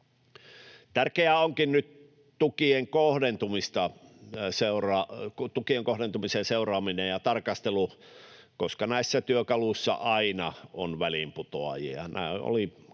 Tärkeää onkin nyt tukien kohdentumisen seuraaminen ja tarkastelu, koska näissä työkaluissa aina on väliinputoajia.